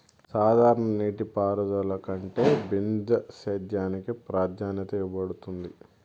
సాధారణ నీటిపారుదల కంటే బిందు సేద్యానికి ప్రాధాన్యత ఇవ్వబడుతుంది